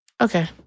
Okay